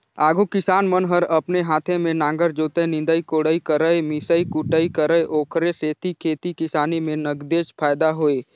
आघु किसान मन हर अपने हाते में नांगर जोतय, निंदई कोड़ई करयए मिसई कुटई करय ओखरे सेती खेती किसानी में नगदेच फायदा होय